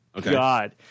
God